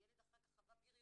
הילד הזה אחר כך חווה בריונות.